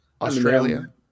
Australia